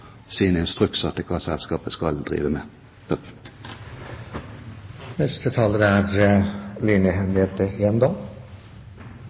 sine instrukser til hva selskapet skal drive med.